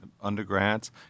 undergrads